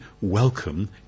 welcome